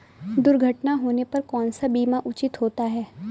दुर्घटना होने पर कौन सा बीमा उचित होता है?